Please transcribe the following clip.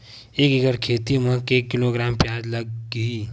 एक एकड़ खेती म के किलोग्राम प्याज लग ही?